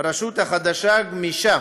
הרשות החדשה גמישה